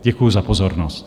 Děkuju za pozornost.